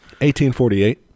1848